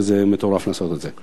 זה מטורף לעשות את זה.